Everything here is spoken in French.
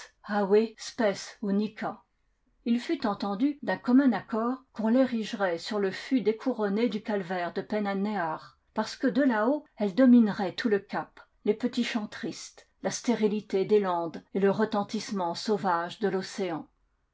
unica il fut entendu d'un commun accord qu'on l'érigerait sur le fût découronné du calvaire de penn an néach parce que de là-haut elle dominerait tout le cap les petits champs tristes la stérilité des landes et le retentissement sauvage de